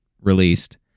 released